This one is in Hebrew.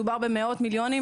מדובר במאות מיליונים.